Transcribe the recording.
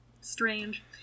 strange